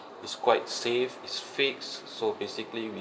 it's quite safe it's fixed so basically we